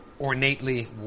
ornately